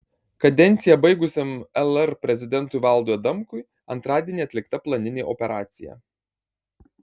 kadenciją baigusiam lr prezidentui valdui adamkui antradienį atlikta planinė operacija